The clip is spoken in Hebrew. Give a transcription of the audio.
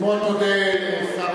אני מאוד מודה לסגן שר